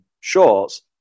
shorts